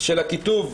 של הכיתוב,